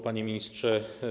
Panie Ministrze!